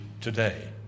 today